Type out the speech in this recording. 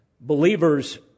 believers